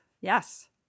Yes